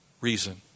reason